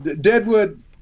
Deadwood